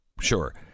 sure